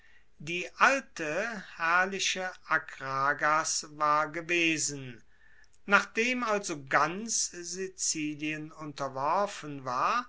die alte herrliche akragas war gewesen nachdem also ganz sizilien unterworfen war